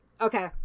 okay